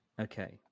Okay